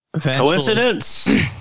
Coincidence